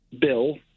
bill